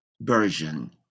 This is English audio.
version